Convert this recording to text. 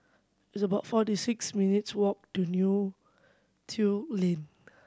it's about forty six minutes' walk to Neo Tiew Lane